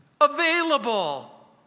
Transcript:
available